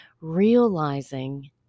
realizing